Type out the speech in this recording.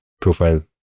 Profile